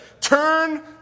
Turn